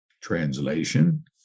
Translation